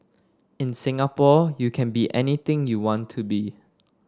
in Singapore you can be anything you want to be